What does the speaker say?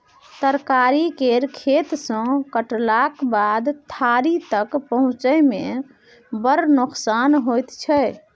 तरकारी केर खेत सँ कटलाक बाद थारी तक पहुँचै मे बड़ नोकसान होइ छै